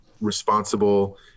responsible